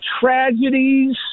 tragedies